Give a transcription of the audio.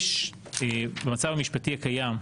במצב המשפטי הקיים,